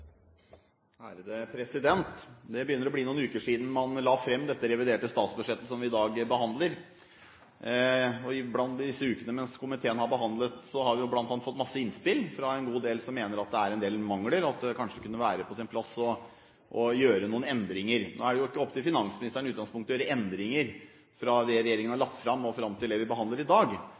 reviderte statsbudsjettet som vi i dag behandler. I disse ukene, mens komiteen har behandlet det, har vi bl.a. fått masse innspill fra en god del som mener at det er en del mangler – at det kanskje kunne vært på sin plass å gjøre noen endringer. Nå er det jo ikke opp til finansministeren i utgangspunktet å gjøre endringer fra det regjeringen har lagt fram, til det vi behandler i dag,